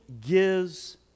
gives